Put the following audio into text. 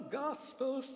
gospel